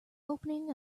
opening